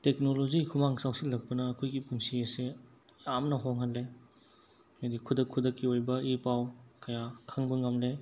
technology ꯈꯨꯃꯥꯡ ꯆꯥꯎꯁꯤꯟꯂꯛꯄꯅ ꯑꯩꯈꯣꯏꯒꯤ ꯄꯨꯟꯁꯤ ꯑꯁꯦ ꯌꯥꯝꯅ ꯍꯣꯡꯍꯜꯂꯦ ꯍꯥꯏꯗꯤ ꯈꯨꯗꯛ ꯈꯨꯗꯛꯀꯤ ꯑꯣꯏꯕ ꯏ ꯄꯥꯎ ꯀꯌꯥ ꯈꯪꯕ ꯉꯝꯂꯦ